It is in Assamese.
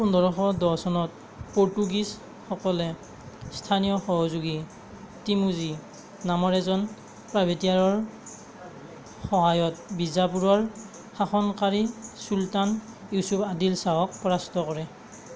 পোন্ধৰশ দহ চনত পৰ্তুগীজ সকলে স্থানীয় সহযোগী টিমোজি নামৰ এজন প্ৰাইভেটিয়াৰৰ সহায়ত বিজাপুৰৰ শাসনকাৰী চুলতান ইউছুফ আদিল শ্বাহক পৰাস্ত কৰে